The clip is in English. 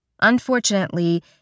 Unfortunately